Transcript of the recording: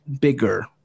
bigger